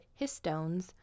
histones